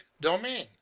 domain